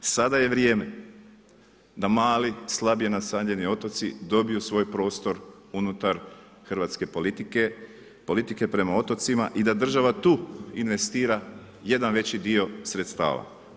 Sada je vrijeme da mali, slabije nastanjeni otoci dobiju svoj prostor unutar hrvatske politike, politike prema otocima i da država tu investira jedan veći dio sredstava.